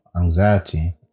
anxiety